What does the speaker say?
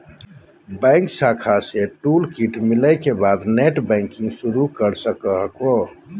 bank शाखा से toolkit मिले के बाद नेटबैंकिंग शुरू कर सको हखो